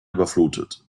überflutet